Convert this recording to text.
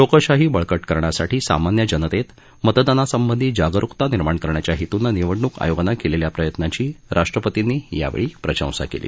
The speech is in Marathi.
लोकशाही बळकट करण्यासाठी सामान्य जनतेत मतदानासंबंधी जागरुकता निर्माण करण्याच्या हेतूनं निवडणूक आयोगानं केलेल्या प्रयत्नाची राष्ट्रपर्तींनी यावेळी प्रशंसा केली